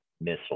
missile